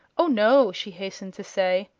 oh, no, she hastened to say,